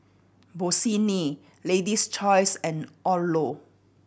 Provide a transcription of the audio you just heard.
Bossini Lady's Choice and Odlo